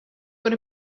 got